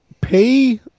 pay